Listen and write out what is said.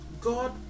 god